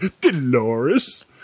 Dolores